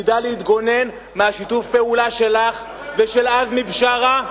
נדע להתגונן משיתוף הפעולה שלך ושל עזמי בשארה,